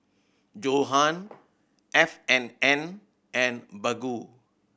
Johan F and N and Baggu